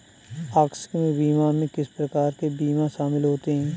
आकस्मिक बीमा में किस प्रकार के बीमा शामिल होते हैं?